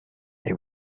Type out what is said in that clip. they